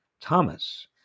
Thomas